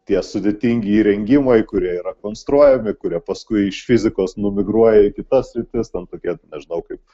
tie sudėtingi įrengimai kurie yra konstruojami kurie paskui iš fizikos numigruoja į kitas sritis ten tokie nežinau kaip